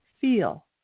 feel